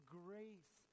grace